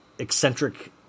eccentric